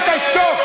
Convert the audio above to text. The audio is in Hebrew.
ותשתוק.